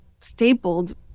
stapled